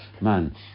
Man